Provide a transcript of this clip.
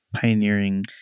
Pioneering